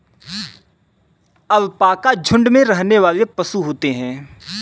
alpaca झुण्ड में रहने वाले पशु होते है